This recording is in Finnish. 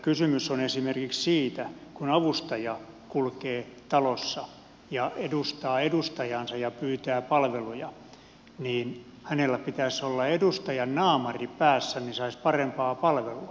kysymys on esimerkiksi siitä että kun avustaja kulkee talossa ja edustaa edustajaansa ja pyytää palveluja niin hänellä pitäisi olla edustajan naamari päässä niin saisi parempaa palvelua